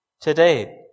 today